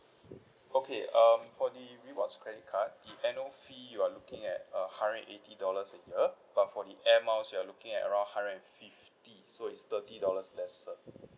okay um for the rewards credit card the annual fee you're looking at uh hundred and eighty dollars a year but for the air miles you're looking at around hundred and fifty so it's thirty dollars lesser